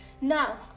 now